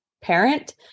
parent